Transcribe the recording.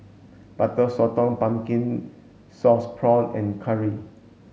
butter Sotong pumpkin sauce prawn and curry